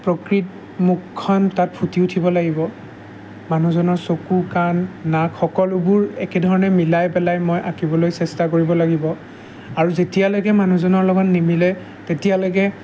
প্ৰকৃত মুখখন তাত ফুটি উঠিব লাগিব মানুহজনৰ চকু কাণ নাক সকলোবোৰ একেধৰণে মিলাই পেলাই মই আঁকিবলৈ চেষ্টা কৰিব লাগিব আৰু যেতিয়ালৈকে মানুহজনৰ লগত নিমিলে তেতিয়ালৈকে